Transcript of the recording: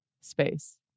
space